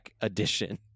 edition